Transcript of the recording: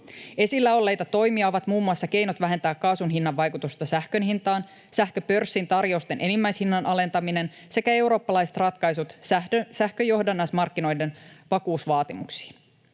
Esillä olleita toimia ovat muun muassa keinot vähentää kaasun hinnan vaikutusta sähkön hintaan, sähköpörssin tarjousten enimmäishinnan alentaminen sekä eurooppalaiset ratkaisut sähkön johdannaismarkkinoiden vakuusvaatimuksiin.